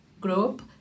group